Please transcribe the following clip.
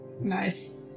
Nice